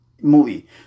movie